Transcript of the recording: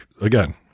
again